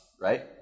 right